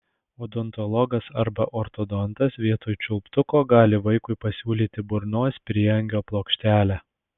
odontologas arba ortodontas vietoj čiulptuko gali vaikui pasiūlyti burnos prieangio plokštelę